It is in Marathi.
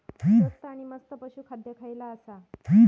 स्वस्त आणि मस्त पशू खाद्य खयला आसा?